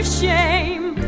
shame